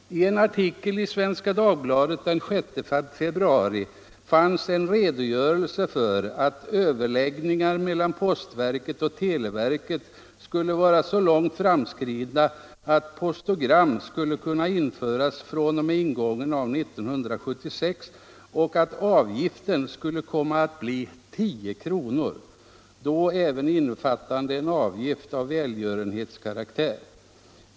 I en artikel i Svenska Dagbladet den 6 februari fanns en uppgift om att överläggningar mellan postverket och televerket skulle vara så långt framskridna att postogram skulle kunna införas fr.o.m. ingången av 1976 och att avgiften skulle komma att bli 10 kr., då även innefattande en avgift av välgörenhetskaraktär.